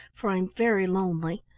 for i'm very lonely.